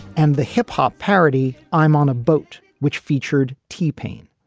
and the hip hop parody i'm on a boat which featured t-pain.